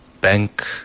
bank